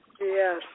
Yes